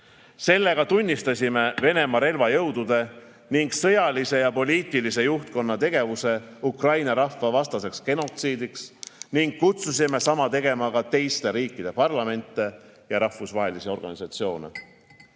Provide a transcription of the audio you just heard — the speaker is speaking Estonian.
Sellega tunnistasime Venemaa relvajõudude ning sõjalise ja poliitilise juhtkonna tegevuse Ukraina rahva vastaseks genotsiidiks ning kutsusime sama tegema ka teiste riikide parlamente ja rahvusvahelisi organisatsioone.